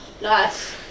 nice